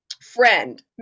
friend